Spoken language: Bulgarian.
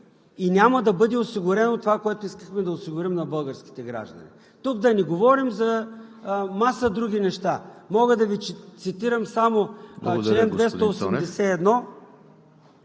и няма да бъде осигурено това, което искахме да осигурим на българските граждани, а да не говорим за маса други неща. Мога да Ви цитирам само чл. 281…